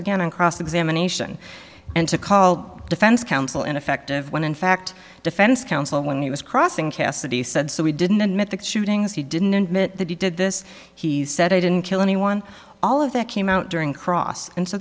again on cross examination and to call defense counsel ineffective when in fact defense counsel when he was crossing cassidy said so we didn't admit the shootings he didn't admit that he did this he said i didn't kill anyone all of that came out during cross and so